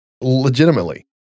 legitimately